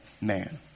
man